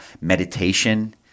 meditation